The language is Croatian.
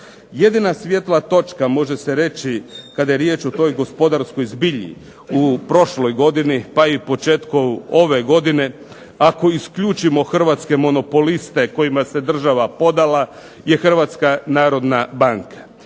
Jedina svijetla točka može se reći kada je riječ o toj gospodarskoj zbilji u prošloj godini, pa i početku ove godine. Ako isključimo Hrvatske monopoliste kojima se država prodala je Hrvatska narodna banka.